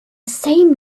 same